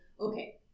okay